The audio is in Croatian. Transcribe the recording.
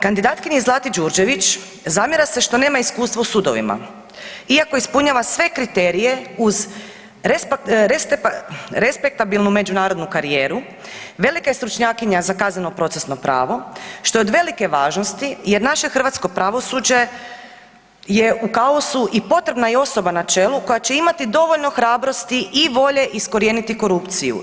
Kandidatkinji Zlati Đurđević zamjera se što nema iskustvo u sudovima, iako ispunjava sve kriterije uz respektabilnu međunarodnu karijeru, velika je stručnjakinja za kazneno-procesno pravo što je od velike važnosti jer naše hrvatsko pravosuđe je u kaosu i potrebna je osoba na čelu koja će imati dovoljno hrabrosti i volje iskorijeniti korupciju.